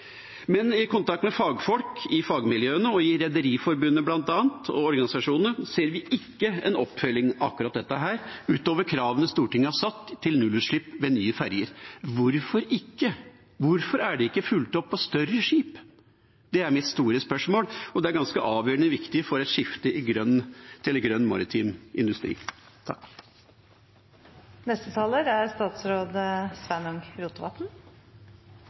I min kontakt med fagfolk i fagmiljøene, bl.a. i Rederiforbundet og organisasjonene, ser de ikke en oppfølging av akkurat dette ut over kravene Stortinget har satt til nullutslipp på nye ferjer. Hvorfor ikke? Hvorfor er det ikke fulgt opp for større skip? Det er mitt store spørsmål, og det er avgjørende viktig for et skifte til grønn maritim industri.